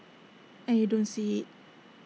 and you don't see IT